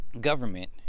government